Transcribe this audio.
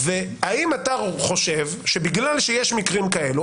האם אתה חושב שבגלל שיש מקרים כאלה,